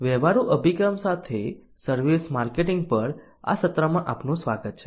વ્યવહારુ અભિગમ સાથે સર્વિસ માર્કેટિંગ પર આ સત્રમાં આપનું સ્વાગત છે